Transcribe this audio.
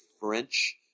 French